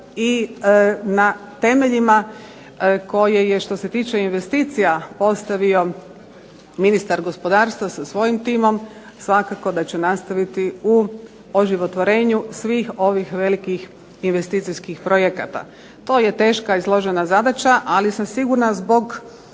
i na temeljima koje je što se tiče investicija postavio ministar gospodarstva sa svojim timom. Svakako da će nastaviti u oživotvorenju svih ovih velikih investicijskih projekata. To je teška i složena zadaća, ali sam sigurna zbog